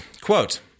Quote